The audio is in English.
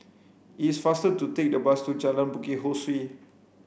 is faster to take the bus to Jalan Bukit Ho Swee